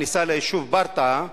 בכניסה ליישוב ברטעה,